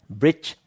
bridge